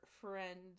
friend